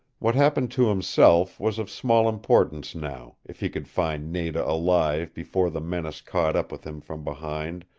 what happened to himself was of small importance now, if he could find nada alive before the menace caught up with him from behind,